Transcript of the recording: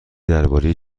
درباره